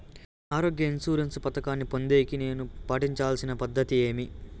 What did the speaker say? ఆరోగ్య ఇన్సూరెన్సు పథకాన్ని పొందేకి నేను పాటించాల్సిన పద్ధతి ఏమి?